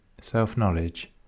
self-knowledge